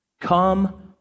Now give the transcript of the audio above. come